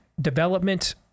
development